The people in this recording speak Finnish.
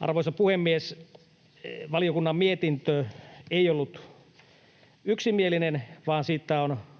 Arvoisa puhemies! Valiokunnan mietintö ei ollut yksimielinen, vaan